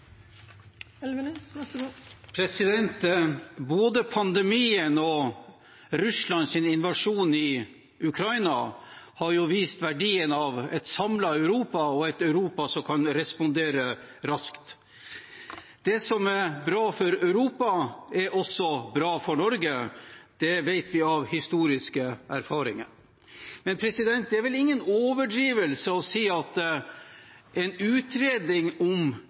Europa som kan respondere raskt. Det som er bra for Europa, er også bra for Norge. Det vet vi av historiske erfaringer. Det er vel ingen overdrivelse å si at en utredning om EØS-avtalens muligheter og handlingsrom ikke er